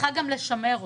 צריכה גם לשמר אותי.